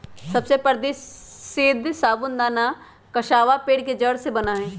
सबसे प्रसीद्ध साबूदाना कसावा पेड़ के जड़ से बना हई